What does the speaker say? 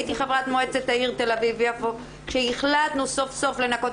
הייתי חברת מועצת העיר תל אביב-יפו כשהחלטנו סוף סוף לנקות